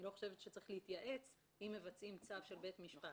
אני לא חושבת שצריך להתייעץ אם מבצעים צו של בית משפט.